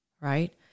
right